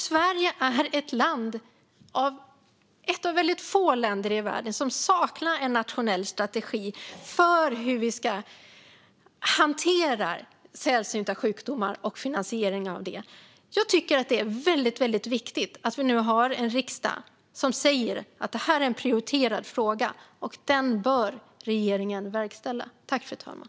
Sverige är ett av väldigt få länder i världen som saknar en nationell strategi för hur vi ska hantera sällsynta sjukdomar och finansieringen av dem. Jag tycker att det är väldigt viktigt att riksdagen nu säger att detta är en prioriterad fråga och att regeringen bör verkställa den.